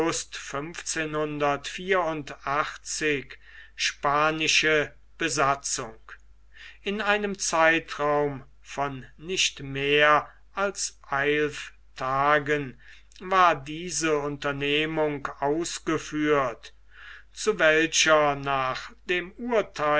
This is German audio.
spanische besatzung in einem zeitraum von nicht mehr als eilf tagen war diese unternehmung ausgeführt zu welcher nach dem urtheil